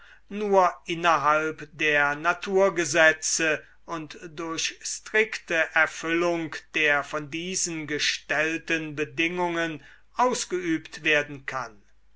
nur innerhalb der naturgesetze und durch strikte erfüllung der von diesen gestellten bedingungen ausgeübt werden kann